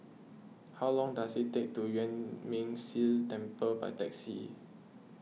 how long does it take to Yuan Ming Si Temple by taxi